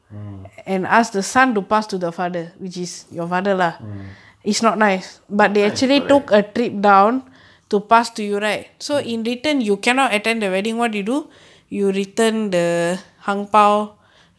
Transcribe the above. mm mm not nice correct mm